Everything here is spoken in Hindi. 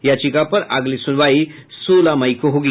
याचिका पर अगली सुनवाई सोलह मई को होगी